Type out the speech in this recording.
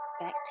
back